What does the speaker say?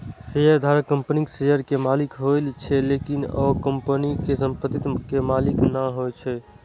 शेयरधारक कंपनीक शेयर के मालिक होइ छै, लेकिन ओ कंपनी के संपत्ति के मालिक नै होइ छै